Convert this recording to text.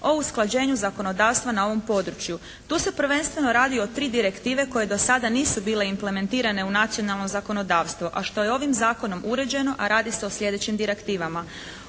o usklađenju zakonodavstva na ovom području. Tu se prvenstveno radi o tri direktive koje do sada nisu bile implementirane u nacionalno zakonodavstvo, a što je ovim zakonom uređeno a radi se o slijedećim direktivama.